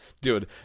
dude